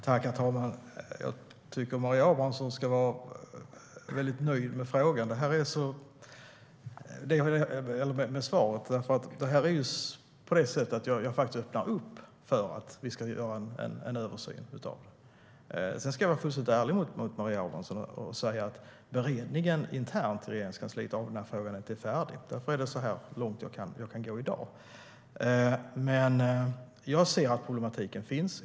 Herr talman! Jag tycker att Maria Abrahamsson ska vara väldigt nöjd med svaret. Jag öppnar faktiskt upp för att vi ska göra en översyn av detta. Sedan ska jag vara fullständigt ärlig mot Maria Abrahamsson och säga att beredningen av den här frågan internt i Regeringskansliet inte är färdig. Därför är det här så långt jag kan gå i dag. Men jag ser att problematiken finns.